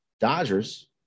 Dodgers